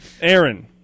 Aaron